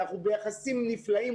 אנחנו ביחסים נפלאים,